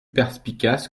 perspicace